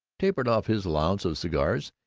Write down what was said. tapered off his allowance of cigars,